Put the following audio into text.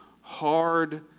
hard